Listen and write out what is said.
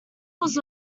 was